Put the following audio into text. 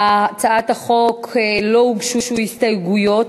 להצעת החוק לא הוגשו הסתייגויות,